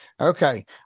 Okay